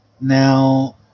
Now